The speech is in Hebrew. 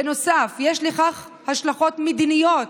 בנוסף, יש לכך השלכות מדיניות.